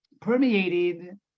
permeated